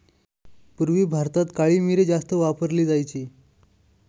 पूर्वी भारतात काळी मिरी जास्त वापरली जायची